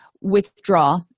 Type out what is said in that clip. withdraw